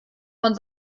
von